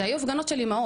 אלה היו הפגנות של אימהות.